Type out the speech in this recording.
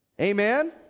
Amen